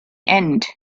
end